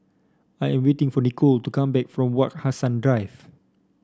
I am waiting for Nicole to come back from Wak Hassan Drive